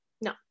No